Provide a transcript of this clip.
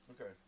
Okay